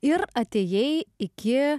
ir atėjai iki